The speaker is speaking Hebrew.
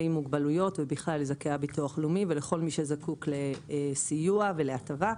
מוגבלויות ולכל מי שזקוק לסיוע ולהטבה.